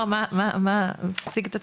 מי שלא יודע, תציג את עצמך.